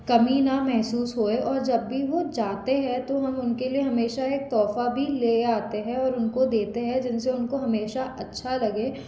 कमी ना महसूस होए और जब भी वो जाते हैं तो हम उनके लिए हमेशा एक तोहफ़ा भी ले आते हैं और उनको देते हैं जिनसे उनको हमेशा अच्छा लगे